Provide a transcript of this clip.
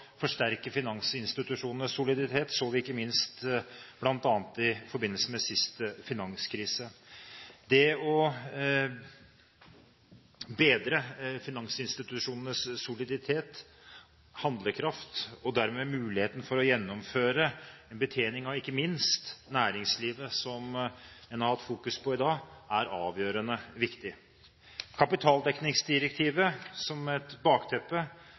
forsterke finansinstitusjonenes soliditet så vi ikke minst bl.a. i forbindelse med siste finanskrise. Det å bedre finansinstitusjonenes soliditet og handlekraft og dermed muligheten til å gjennomføre en betjening av ikke minst næringslivet, som en har fokusert på i dag, er avgjørende viktig. Med kapitaldekningsdirektivet som et bakteppe,